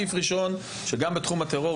שגם בעבירות בתחום הטרור,